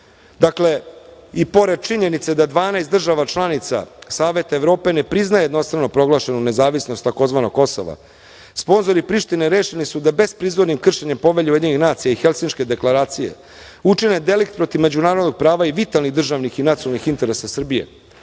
član. Dakle, i pored činjenice da 12 država članica Saveta Evrope ne priznaje jednostrano proglašenu nezavisnost tzv. "Kosova", sponzori Prištine rešeni su da besprizornim kršenjem Povelje UN i Helsinške deklaracije učine delikt protiv međunarodnog prava i vitalnih državnih i nacionalnih interesa Srbije.